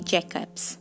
Jacobs